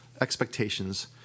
expectations